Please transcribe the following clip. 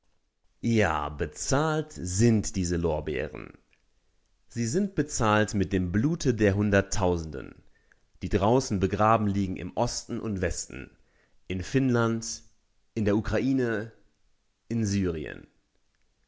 ja bezahlt sind diese lorbeeren sie sind bezahlt mit dem blute der hunderttausenden die draußen begraben liegen im osten und westen in finnland in der ukraine in syrien